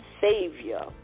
Savior